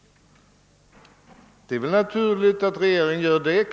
Det är väl naturligt att regeringen gör detta.